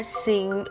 sing